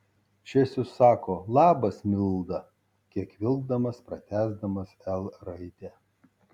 česius sako labas milda kiek vilkdamas patęsdamas l raidę